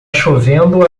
chovendo